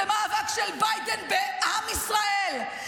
זה מאבק של ביידן בעם ישראל.